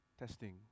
Testing